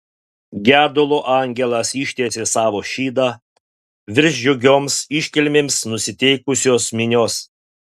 gedulo angelas ištiesė savo šydą virš džiugioms iškilmėms nusiteikusios minios